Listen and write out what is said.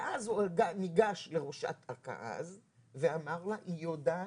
ואז הוא ניגש לראשת אכ"א אז ואמר לה: היא יודעת,